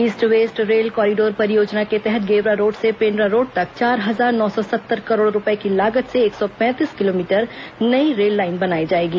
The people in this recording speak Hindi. ईस्ट वेस्ट रेल कॉरिडोर परियोजना के तहत गेवरा रोड से पेंड़ा रोड तक चार हजार नौ सौ सत्तर करोड़ रूपये की लागत से एक सौ पैंतीस किलोमीटर नई रेललाइन बनाई जाएगी